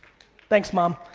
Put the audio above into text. thanks, mom.